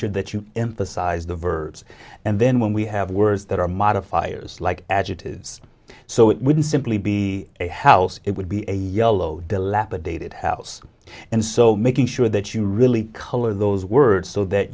sure that you emphasize the verbs and then when we have words that are modifiers like adjectives so it wouldn't simply be a house it would be a yellow dilapidated house and so making sure that you really color those words so that